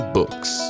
books